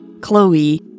Chloe